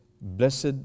blessed